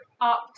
up